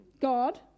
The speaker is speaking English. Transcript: God